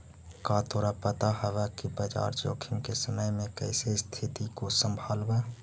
का तोरा पता हवअ कि बाजार जोखिम के समय में कइसे स्तिथि को संभालव